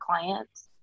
clients